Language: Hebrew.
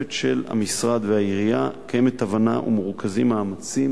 משותפת של המשרד והעירייה קיימת הבנה ומרוכזים מאמצים